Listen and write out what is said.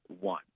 one